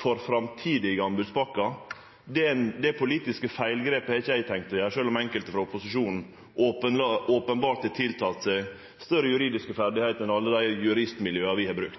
for framtidige anbodspakker – tenkt å gjere det politiske feilgrepet, sjølv om enkelte frå opposisjonen openbert har tiltrudd seg større juridiske ferdigheiter enn alle dei juristmiljøa vi har brukt.